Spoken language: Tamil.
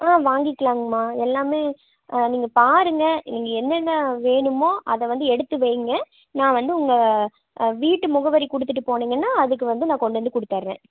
ஆ வாங்கிக்கிலாங்கம்மா எல்லாமே நீங்கள் பாருங்கள் நீங்கள் என்னென்ன வேணுமோ அதை வந்து எடுத்து வைங்க நான் வந்து உங்கள் வீட்டு முகவரி கொடுத்துட்டு போனிங்கன்னா அதுக்கு வந்து நான் கொண்டு வந்து கொடுத்தட்றேன்